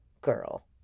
girl